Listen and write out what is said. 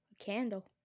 candle